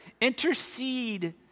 Intercede